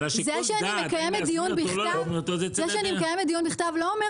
אבל השיקול אם להזמין אותו או לא להזמין